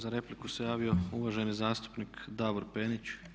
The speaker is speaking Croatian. Za repliku se javio uvaženi zastupnik Davor Penić.